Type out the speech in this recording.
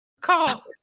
Call